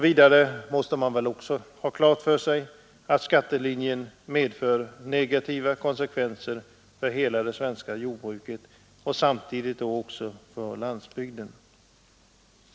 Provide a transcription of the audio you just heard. Vidare måste man ha klart för sig att skattelinjen medför negativa konsekvenser för hela det svenska jordbruket och samtidigt då för landsbygden.